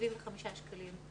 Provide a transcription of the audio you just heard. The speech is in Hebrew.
75 שקלים.